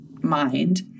mind